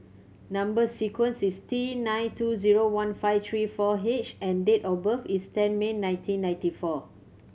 number sequence is T nine two zero one five three four H and date of birth is ten May nineteen ninety four